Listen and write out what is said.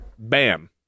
Bam